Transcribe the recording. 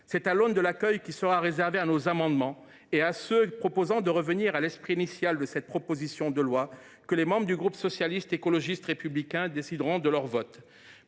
C’est à l’aune de l’accueil qui sera réservé à nos amendements et à ceux qui ont pour objet de revenir à l’esprit initial de la proposition de loi que les membres du groupe Socialiste, Écologiste et Républicain décideront de leur vote.